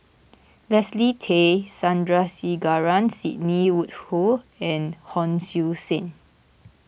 Leslie Tay Sandrasegaran Sidney Woodhull and Hon Sui Sen